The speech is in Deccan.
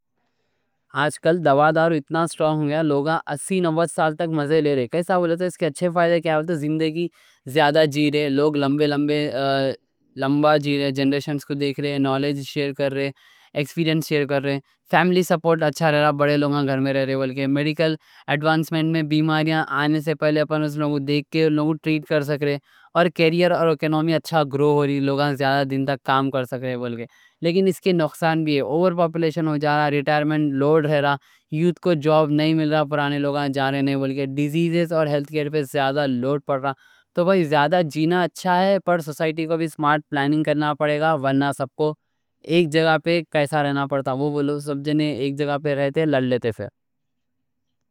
آج کل دوا دارو اتنا سٹرونگ ہے۔ لوگاں اسی نوّے سال تک مزے لے رہے، کیسا بولتا ہے، اس کے اچھے فائدے کیا بولتا؟ زندگی زیادہ جی رہے، لوگ لمبے لمبے لمبا جنریشنز کوں دیکھ رہے۔ نالج شیئر کر رہے، ایکسپیرینس شیئر کر رہے۔ فیملی سپورٹ اچھا رہتا، بڑے لوگاں گھر میں رہ رہے، میڈیکل ایڈوانسمنٹ سے بیماریاں آنے سے پہلے اپن لوگاں کوں دیکھ کے، لوگاں کوں ٹریٹ کر سک رہے۔ اور کیریئر اور اکانومی اچھا گرو ہو رہی، لوگاں زیادہ دن تک کام کر سک رہے۔ لیکن اس کے نقصان بھی ہے: اوور پاپولیشن ہو رہا، ریٹائرمنٹ لوڈ پڑ رہا، یوت کوں جاب نہیں مل رہا، پرانے لوگاں جا رہے نہیں، ڈیزیزز اور ہیلتھ کیئر پہ زیادہ لوڈ پڑ رہا۔ تو بھائی، زیادہ جینا اچھا ہے، پر سوسائٹی کوں بھی سمارٹ پلاننگ کرنا پڑے گا۔ ورنہ سب کوں ایک جگہ پہ کیسا رہنا پڑتا، وہ بولو، سب جنّے ایک جگہ پہ رہتے، لڑ لیتے پھر۔